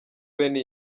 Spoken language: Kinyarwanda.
bene